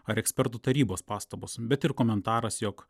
ar ekspertų tarybos pastabos bet ir komentaras jog